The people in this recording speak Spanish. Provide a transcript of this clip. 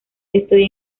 estoy